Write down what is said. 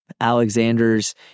Alexander's